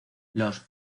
los